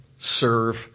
serve